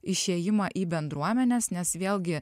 išėjimą į bendruomenes nes vėlgi